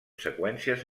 seqüències